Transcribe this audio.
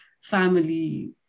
family